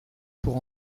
pour